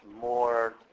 more